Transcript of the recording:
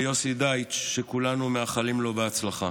יוסי דייטש, שכולנו מאחלים לו בהצלחה.